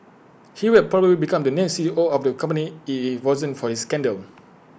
he will probably become the next C E O of the company IT wasn't for his scandal